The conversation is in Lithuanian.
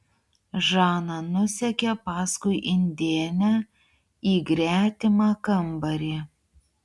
žana nusekė paskui indėnę į gretimą kambarį